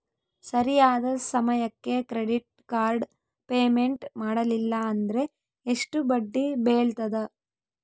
ಸರಿಯಾದ ಸಮಯಕ್ಕೆ credit card payment ಮಾಡಲಿಲ್ಲ ಅಂದ್ರೆ ಎಷ್ಟು ಬಡ್ಡಿ ಬೇಳ್ತದ?